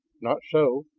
not so.